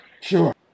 Sure